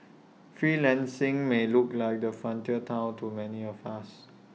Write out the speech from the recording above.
freelancing may look like the frontier Town to many of us